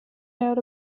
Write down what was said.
doubt